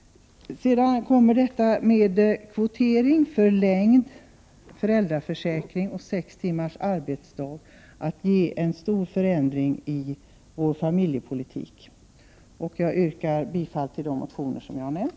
Sedan kommer detta med kvotering, förlängd föräldraförsäkring och sex timmars arbetsdag att medföra en stor förändring i familjepolitiken. Jag yrkar bifall till de reservationer som jag har nämnt.